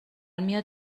میاد